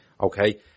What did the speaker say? okay